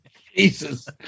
Jesus